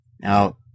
Now